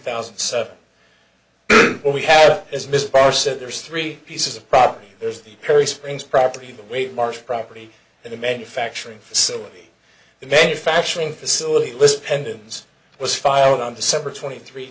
thousand and seven we have as mrs par said there's three pieces of property there's the perry springs property the weight marsh property and the manufacturing facility the manufacturing facility list pendens was filed on december twenty three